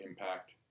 impact